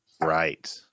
Right